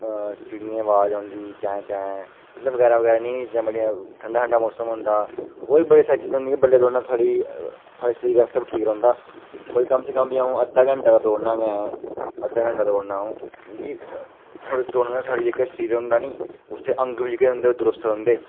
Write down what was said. बडलै दौड़ना ठीक लगदा ऐ की जे उस मौकै चिड़ियें दी अबाज औंदी चैं चैं बगैरा बगैरा ठंडा ठंडा मौसम होंदा होर बी बड़ियां सारियां चीजां होंदियां बडलै दौड़ना साढ़े शरीर आस्तै बी ठीक रौंह्दा